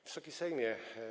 Wysoki Sejmie!